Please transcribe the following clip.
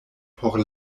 por